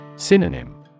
Synonym